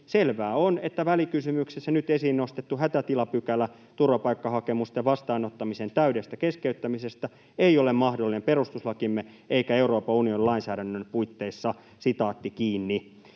”Selvää on, että välikysymyksessä nyt esiin nostettu hätätilapykälä turvapaikkahakemusten vastaanottamisen täydestä keskeyttämisestä ei ole mahdollinen perustuslakimme eikä Euroopan unionin lainsäädännön puitteissa.” Ja tässähän